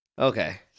Okay